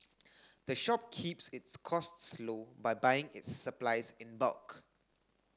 the shop keeps its costs low by buying its supplies in bulk